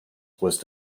was